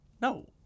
No